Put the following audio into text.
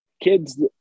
kids